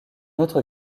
autre